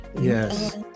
Yes